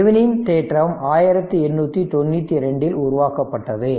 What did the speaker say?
Thevenin தேற்றம் 1892 இல் உருவாக்கப்பட்டது